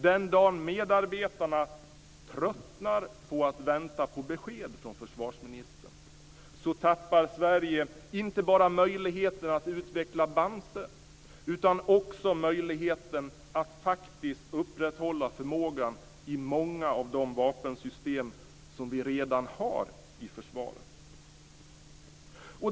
Den dagen medarbetarna tröttnar på att vänta på besked från försvarsministern tappar Sverige inte bara möjligheten att utveckla Bamse utan också möjligheten att faktiskt upprätthålla förmågan i många av de vapensystem som vi redan har i försvaret.